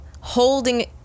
holding